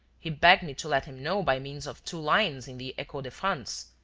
he begged me to let him know by means of two lines in the echo de france.